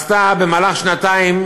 הממשלה הקודמת, עשתה במהלך שנתיים.